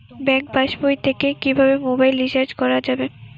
Bank পাশবই থেকে কিভাবে মোবাইল রিচার্জ করা যাবে?